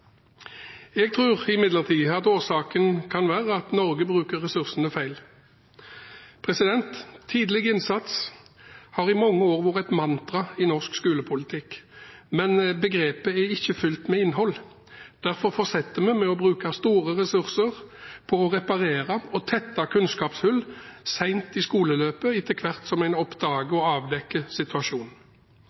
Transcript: Jeg tror imidlertid årsaken kan være at Norge bruker ressursene feil. «Tidlig innsats» har i mange år vært et mantra i norsk skolepolitikk, men begrepet er ikke fylt med innhold. Derfor fortsetter en med å bruke store ressurser på å reparere og tette kunnskapshull sent i skoleløpet etter hvert som en oppdager og avdekker situasjonen.